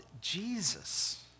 Jesus